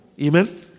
Amen